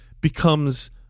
becomes